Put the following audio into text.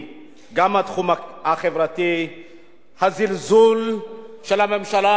חברי הכנסת, איפה מוחמד